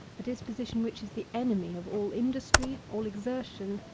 a disposition which is the enemy of all industry, all exertion,